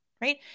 right